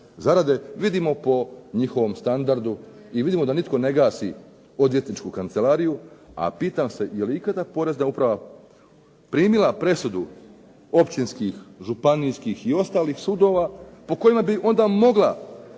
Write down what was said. zarade vidimo po njihovom standardu i vidimo da nitko ne gasi odvjetničku kancelariju a pitam se je li ikada porezna uprava primila presudu općinskih, županijskih i ostalih sudova po kojima bi onda mogla,